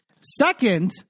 second